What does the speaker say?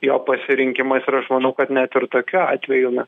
jo pasirinkimas ir aš manau kad net ir tokiu atveju na